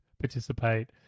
participate